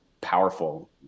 powerful